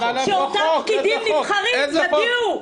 שאותם פקידים נבחרים יגיעו.